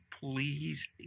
Please